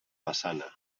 massana